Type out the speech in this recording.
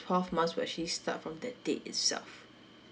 twelve months will actually start from that date itself